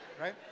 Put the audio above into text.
right